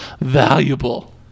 valuable